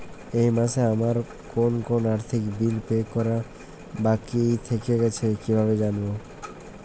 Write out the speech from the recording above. এই মাসে আমার কোন কোন আর্থিক বিল পে করা বাকী থেকে গেছে কীভাবে জানব?